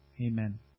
Amen